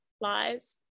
lies